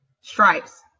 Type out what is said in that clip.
stripes